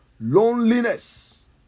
loneliness